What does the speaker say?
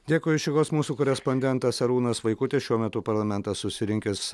dėkui iš rygos mūsų korespondentas arūnas vaikutis šiuo metu parlamentas susirinkęs